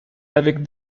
avec